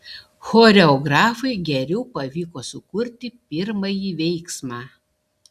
choreografui geriau pavyko sukurti pirmąjį veiksmą